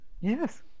Yes